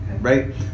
right